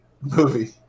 movie